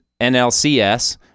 NLCS